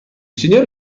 signor